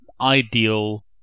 ideal